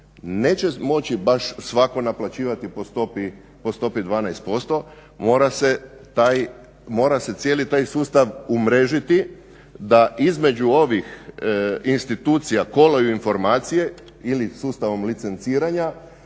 neće moći baš svatko naplaćivati po stopi 12%, mora se cijeli taj sustav umrežiti da između ovih institucija kolaju informacije ili sustavom licenciranja